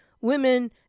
women